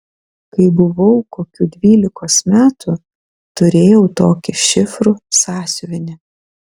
kai buvau kokių dvylikos metų turėjau tokį šifrų sąsiuvinį